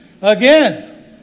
again